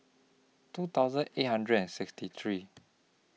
two thousand eight hundred and sixty three